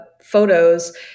photos